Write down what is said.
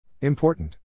Important